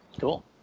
cool